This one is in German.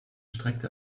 streckte